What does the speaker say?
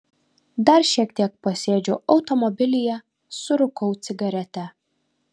dar šiek tiek pasėdžiu automobilyje surūkau cigaretę